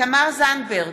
תמר זנדברג,